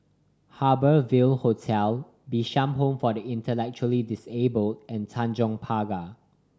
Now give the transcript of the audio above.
Harbour Ville Hotel Bishan Home for the Intellectually Disabled and Tanjong Pagar